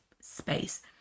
space